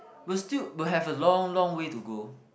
will still will have a long long way to go